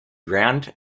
round